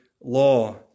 law